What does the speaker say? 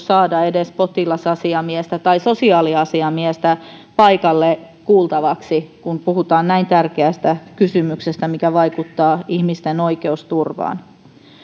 saada edes potilasasiamiestä tai sosiaaliasiamiestä paikalle kuultavaksi vaikka puhutaan näin tärkeästä kysymyksestä joka vaikuttaa ihmisten oikeusturvaan